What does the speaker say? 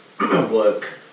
work